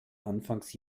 anfangs